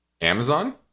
Amazon